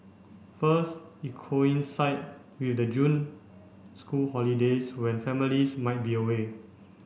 first it coincided with the June school holidays when families might be away